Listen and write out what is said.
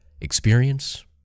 experience